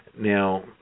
Now